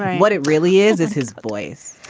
what it really is is his voice.